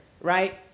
right